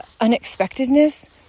unexpectedness